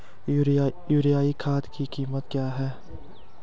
Urea खाद की कीमत क्या है?